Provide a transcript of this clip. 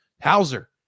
Hauser